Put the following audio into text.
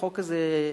החוק הזה,